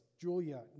Julia